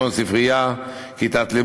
כמו ספרייה,